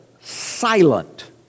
silent